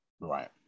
right